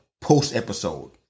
post-episode